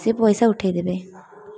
ସେ ପଇସା ଉଠେଇଦେବେ